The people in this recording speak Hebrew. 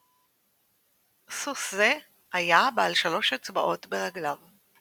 סוס זה היה בעל 3 אצבעות ברגליו.